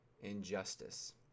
injustice